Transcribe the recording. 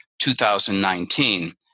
2019